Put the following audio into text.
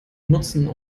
nutzen